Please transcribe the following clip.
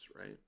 right